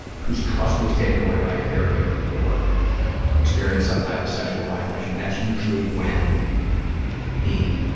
whose trust was taken away by a caregiver or experienced some type of sexual violation, that's usually when the